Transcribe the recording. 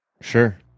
Sure